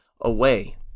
away